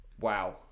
Wow